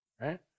right